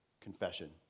confession